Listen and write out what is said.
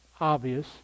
obvious